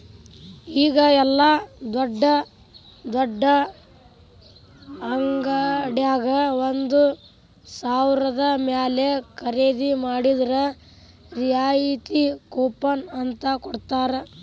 ಈಗ ಯೆಲ್ಲಾ ದೊಡ್ಡ್ ದೊಡ್ಡ ಅಂಗಡ್ಯಾಗ ಒಂದ ಸಾವ್ರದ ಮ್ಯಾಲೆ ಖರೇದಿ ಮಾಡಿದ್ರ ರಿಯಾಯಿತಿ ಕೂಪನ್ ಅಂತ್ ಕೊಡ್ತಾರ